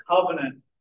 covenant